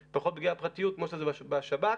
ופחות פגיעה בפרטיות כמו שזה בשב"כ,